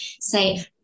Say